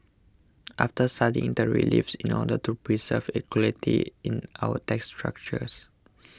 after studying the reliefs in order to preserve equity in our tax structure